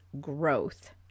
growth